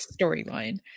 storyline